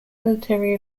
military